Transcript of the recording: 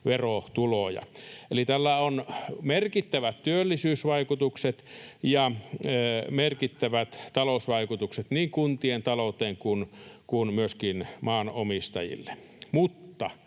verotuloja. Eli tällä on merkittävät työllisyysvaikutukset ja merkittävät talousvaikutukset niin kuntien talouteen kuin myöskin maanomistajille. Mutta